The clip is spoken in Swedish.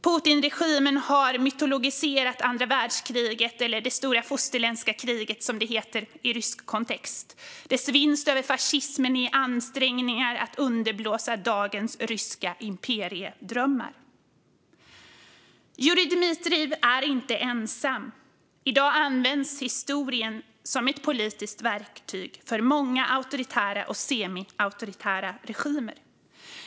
Putinregimen har mytologiserat andra världskriget - eller det stora fosterländska kriget, som det heter i rysk kontext - och dess vinst över fascismen i ansträngningarna att underblåsa dagens ryska imperiedrömmar. Jurij Dmitrijev är inte ensam. I dag används historien som ett politiskt verktyg för många auktoritära och semiauktoritära regimer.